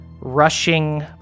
rushing